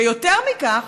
ויותר מכך,